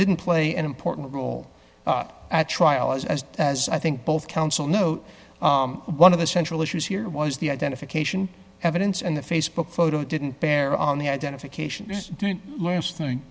didn't play an important role at trial as as as i think both counsel note one of the central issues here was the identification evidence and the facebook photo didn't bear on the identification last thing